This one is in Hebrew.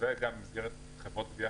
וגם במסגרת גבייה על ידי חברות חיצוניות,